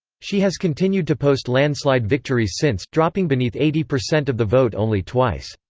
she has continued to post landslide victories since, dropping beneath eighty percent of the vote only twice.